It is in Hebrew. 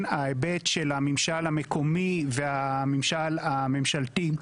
ההיבט של הממשל המקומי והממשל הממשלתי,